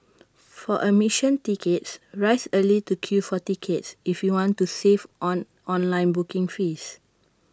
for admission tickets rise early to queue for tickets if you want to save on online booking fees